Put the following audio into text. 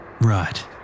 Right